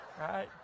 right